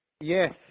Yes